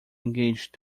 engaged